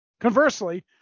conversely